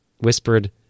whispered